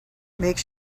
make